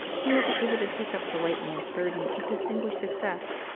he will be able to take up the white man's burden with distinguished success.